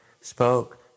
spoke